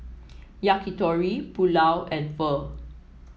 Yakitori Pulao and Pho